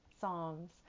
psalms